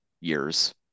years